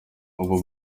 ubu